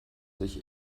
sich